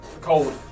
Cold